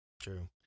True